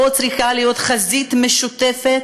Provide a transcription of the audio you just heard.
פה צריכה להיות חזית משותפת,